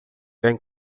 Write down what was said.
tem